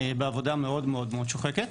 בעבודה מאוד-מאוד שוחקת,